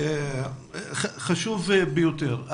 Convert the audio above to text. חשוב ביותר.